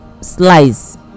slice